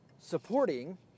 supporting